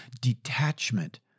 Detachment